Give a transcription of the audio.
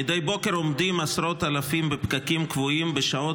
מדי בוקר עומדים עשרות אלפים בפקקים קבועים בשעות